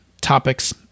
topics